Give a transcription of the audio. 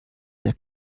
der